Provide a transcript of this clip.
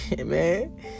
Man